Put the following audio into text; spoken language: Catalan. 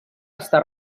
està